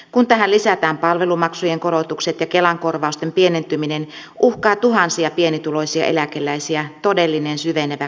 kun tähän lisätään palvelumaksujen korotukset ja kelan korvausten pienentyminen uhkaa tuhansia pienituloisia eläkeläisiä todellinen syvenevä köyhyys